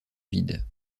vide